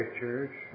church